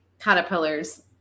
caterpillars